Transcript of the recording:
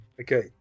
Okay